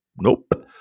Nope